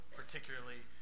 particularly